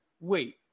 wait